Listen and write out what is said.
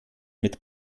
mit